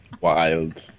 Wild